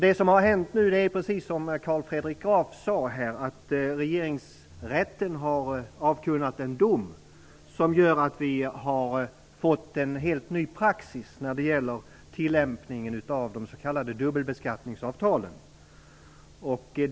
Det som har hänt nu är, precis som Carl Fredrik Graf sade, att Regeringsrätten har avkunnat en dom, som gör att vi har fått en helt ny praxis när det gäller tillämpningen av de s.k. dubbelbeskattningsavtalen.